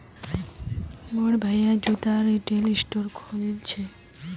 मोर भाया जूतार रिटेल स्टोर खोलील छ